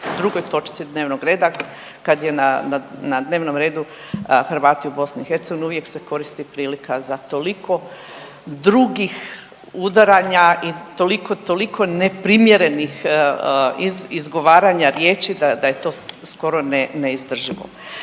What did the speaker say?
drugoj točci dnevnog reda kad je na dnevnom redu Hrvati u BiH uvijek se koristi prilika za toliko drugih udaranja i toliko neprimjerenih izgovaranja riječi da je to skoro neizdrživo.